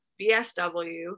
BSW